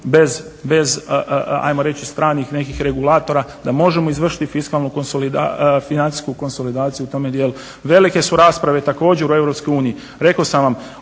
bez ajmo reći stranih nekih regulatora, da možemo izvršiti financijsku konsolidaciju u tome dijelu. Velike su rasprave također u Europskoj uniji.